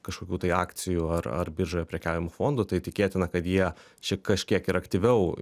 kažkokių tai akcijų ar ar biržoje prekiaujamų fondų tai tikėtina kad jie čia kažkiek ir aktyviau